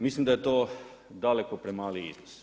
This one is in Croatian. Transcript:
Mislim da je to daleko premali iznos.